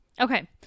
okay